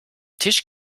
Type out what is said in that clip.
tisch